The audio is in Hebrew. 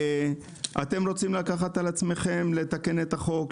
אתם רוצים לקחת על עצמכם לתקן את החוק,